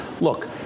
Look